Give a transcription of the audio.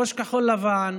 ראש כחול לבן,